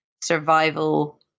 survival